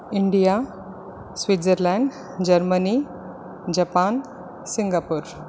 India Switzerland Germany Japan Singapore